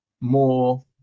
more